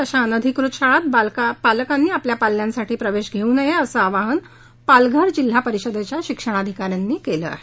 अशा अनधिकृत शाळांमध्ये पालकांनी आपल्या पाल्यांसाठी प्रवेश घेऊ नये असं आवाहन पालघर जिल्हा परिषदेच्या शिक्षणाधिकाऱ्यांनी केलं आहे